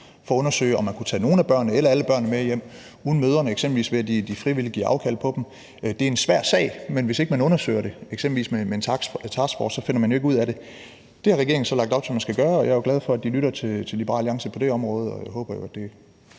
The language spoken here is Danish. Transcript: for at undersøge, om man kunne tage nogle af børnene eller alle børnene med hjem uden mødrene, eksempelvis ved at de frivilligt giver afkald på dem. Det er en svær sag, men hvis ikke man undersøger det eksempelvis med en taskforce, så finder man jo ikke ud af det. Det har regeringen så lagt op til man skal gøre, og jeg er glad for, at de lytter til Liberal Alliance på det område. Og jeg håber, at det er